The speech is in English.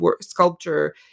sculpture